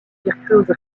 virtuose